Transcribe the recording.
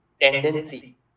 tendency